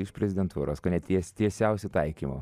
iš prezidentūros kone ties tiesiausiu taikymu